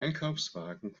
einkaufswagen